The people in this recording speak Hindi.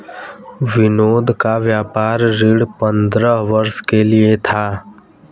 विनोद का व्यापार ऋण पंद्रह वर्ष के लिए था